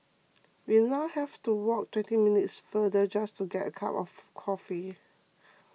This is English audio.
we now have to walk twenty minutes farther just to get a cup of coffee